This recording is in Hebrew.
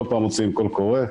כל פעם מוציאים קול קורא,